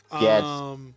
yes